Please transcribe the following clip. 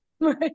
Right